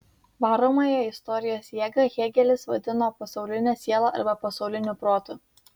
varomąją istorijos jėgą hėgelis vadino pasauline siela arba pasauliniu protu